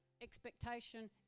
expectation